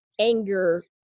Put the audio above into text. anger